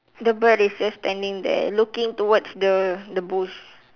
the bird is just standing there looking towards the the booth